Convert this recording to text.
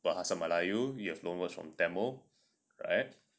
bahasa melayu you have loan words from tamil right